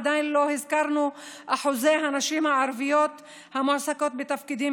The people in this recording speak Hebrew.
עדיין לא הזכרנו את אחוזי הנשים הערביות המועסקות בתפקידים